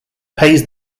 pays